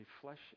flesh